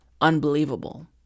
unbelievable